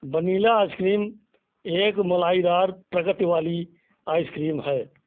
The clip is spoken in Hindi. बनीला आइसक्रीम एक मलाईदार प्रकृति वाली आइसक्रीम है